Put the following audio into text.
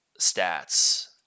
stats